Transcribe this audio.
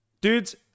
Dudes